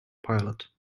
pilot